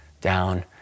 down